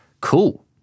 cool